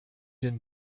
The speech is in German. den